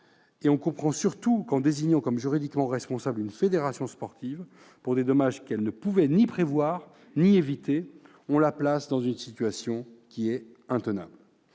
On comprend surtout qu'en désignant comme juridiquement responsable une fédération sportive pour des dommages qu'elle ne pouvait ni prévoir ni éviter, on la place dans une situation intenable.